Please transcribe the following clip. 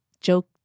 joke